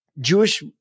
Jewish